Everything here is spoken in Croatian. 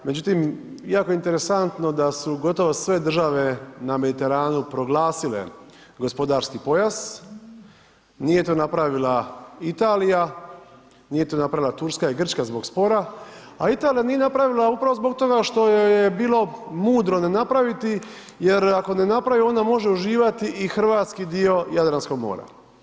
Međutim, jako je interesantno da su gotovo sve države na Mediteranu proglasile gospodarski pojas, nije to napravila Italija, nije to napravila Turska i Grčka zbog spora, a Italija nije napravila upravo zbog toga što joj je bilo mudro ne napraviti jer ako ne napravi onda može uživati i hrvatski dio Jadranskog mora.